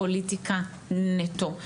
פוליטיקה נטו.